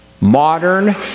modern